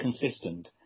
consistent